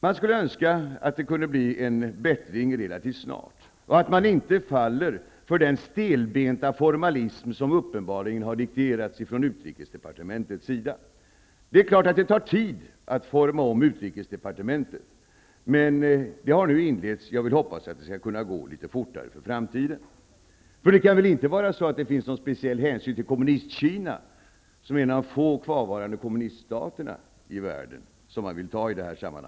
Man skulle önska att det kunde bli en bättring relativt snart och att man inte föll för den stelbenta formalism som uppenbarligen har dikterats från utrikesdepartemenets sida. Men det tar naturligtvis tid att forma om utrikesdepartementet. Det arbetet har nu inletts, och jag hoppas att det skall kunna gå litet fortare i framtiden. Det kan väl inte vara så att det tas speciell hänsyn till Kommunistkina, som är en av de få kvarvarande kommuniststaterna i världen.